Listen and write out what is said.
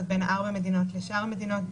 זה בין ארבע מדינות לשאר המדינות,